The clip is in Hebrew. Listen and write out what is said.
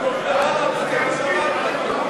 תצמיד את השאלה שלך.